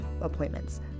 appointments